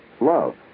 Love